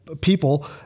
people